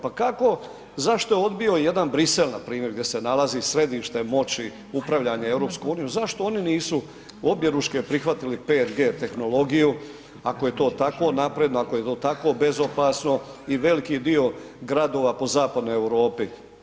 Pa kako, zašto je odbio jedan Brisel npr. gdje se nalazi središte moći upravljanja EU, zašto oni nisu objeručke prihvatili 5G tehnologiju ako je to tako napredno, ako je to tako bezopasno i veliki dio gradova po zapadnoj Europi?